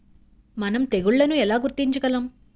మనం తెగుళ్లను ఎలా గుర్తించగలం?